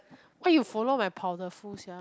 why you follow my powderful sia